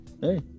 Hey